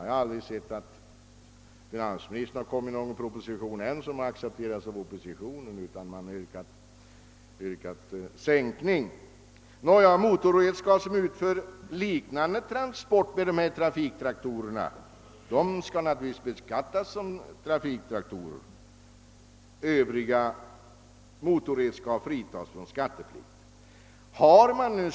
Ännu har jag aldrig varit med om att finansministern kunnat framlägga en proposition som accepterats av oppositionen utan man har alltid yrkat på sänkning. Motorredskap som utför liknande transporter som dessa trafiktraktorer skall naturligtvis beskattas som trafiktraktorer. Övriga motorredskap skall fritas från skatteplikt.